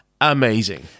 amazing